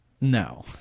No